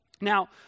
Now